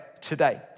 today